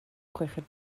chweched